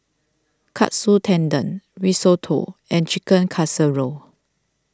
Katsu Tendon Risotto and Chicken Casserole